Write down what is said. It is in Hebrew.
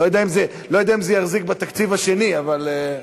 לא יודע אם זה יחזיק בתקציב השני, אבל.